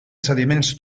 sediments